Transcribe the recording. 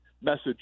message